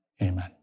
Amen